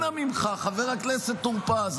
אנא ממך, חבר הכנסת טור פז.